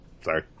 Sorry